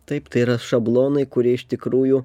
taip tai yra šablonai kurie iš tikrųjų